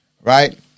right